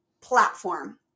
platform